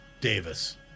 Davis